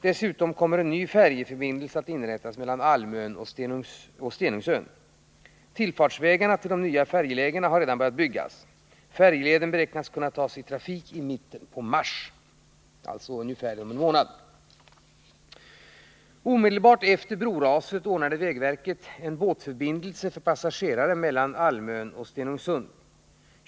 Dessutom kommer en ny färjeförbindelse att inrättas mellan Almön och Stenungsön. Tillfartsvägarna till de nya färjelägena har redan börjat byggas. Färjeleden beräknas kunna tas i trafik i mitten av mars månad. Omedelbart efter broraset ordnade vägverket vidare en båtförbindelse för passagerartrafik mellan Almön och Stenungsund.